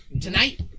Tonight